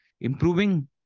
improving